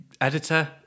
editor